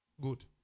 Good